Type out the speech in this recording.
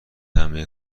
همه